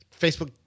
Facebook